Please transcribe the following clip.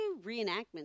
reenactments